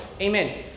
amen